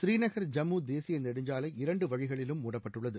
புறீநகர் ஜம்மு தேசிய நெடுஞ்சாலை இரண்டு வழிகளிலும் மூடப்பட்டுள்ளது